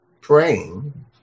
praying